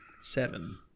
Seven